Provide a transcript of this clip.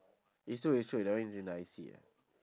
is true is true that one is in the I_C [what]